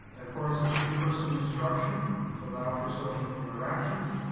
importance of in-person instruction to allow for social interactions.